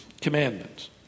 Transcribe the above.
commandments